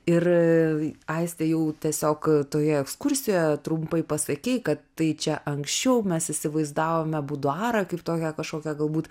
ir aistė jau tiesiog toje ekskursijoje trumpai pasakei kad tai čia anksčiau mes įsivaizdavome buduarą kaip tokią kažkokią galbūt